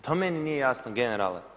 To meni nije jasno generale.